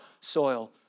soil